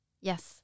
Yes